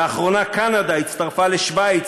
לאחרונה קנדה הצטרפה לשווייץ,